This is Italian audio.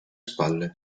spalle